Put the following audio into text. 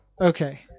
Okay